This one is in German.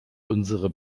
unsere